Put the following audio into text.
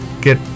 get